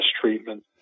treatment